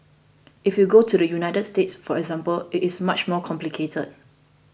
if you go to the United States for example it is much more complicated